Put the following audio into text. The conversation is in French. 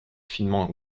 finement